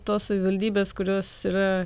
tos savivaldybės kurios yra